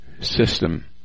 system